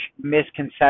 misconception